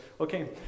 Okay